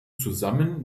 zusammen